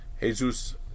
Jesus